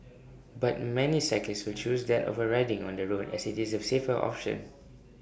but many cyclists still choose that over riding on the road as IT is the safer option